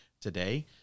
today